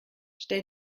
stell